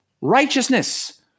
righteousness